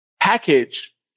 package